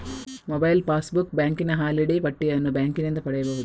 mobile passbook, ಬ್ಯಾಂಕಿನ holiday ಪಟ್ಟಿಯನ್ನು ಬ್ಯಾಂಕಿನಿಂದ ಪಡೆಯಬಹುದು